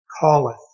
Calleth